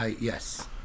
Yes